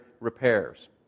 repairs